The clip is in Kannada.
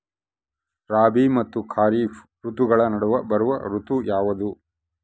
ರಾಬಿ ಮತ್ತು ಖಾರೇಫ್ ಋತುಗಳ ನಡುವೆ ಬರುವ ಋತು ಯಾವುದು?